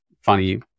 funny